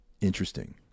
interesting